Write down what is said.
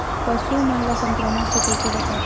पशु मन ला संक्रमण से कइसे बचाबो?